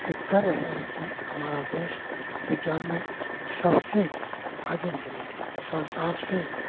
एक कर रहे हैं यही हमारा देश विज्ञान में सबसे आगे निकले संसार से